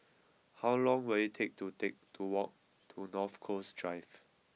how long will it take to take to walk to North Coast Drive